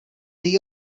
they